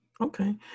Okay